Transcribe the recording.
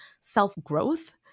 self-growth